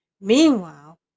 Meanwhile